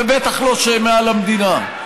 ובטח לא שהם מעל המדינה.